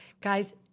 guys